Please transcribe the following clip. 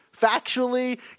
factually